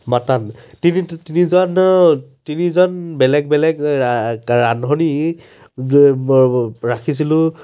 mutton তিনিটো তিনিজন তিনিজন বেলেগ বেলেগ ৰান্ধনি ৰাখিছিলোঁ